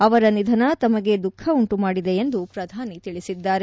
ಅವರ ನಿಧನ ತಮಗೆ ದುಃಖ ಉಂಟು ಮಾಡಿದೆ ಎಂದು ಪ್ರಧಾನಿ ತಿಳಿಸಿದ್ದಾರೆ